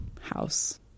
house